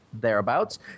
thereabouts